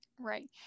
Right